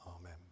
amen